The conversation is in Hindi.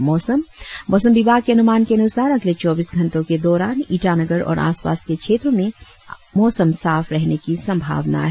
और अब मौसम मौसम विभाग के अनुमान के अनुसार अगले चौबीस घंटो के दौरान ईटानगर और आसपास के क्षेत्रो में मौसम साफ रहने की संभावना है